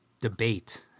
debate